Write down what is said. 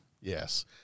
Yes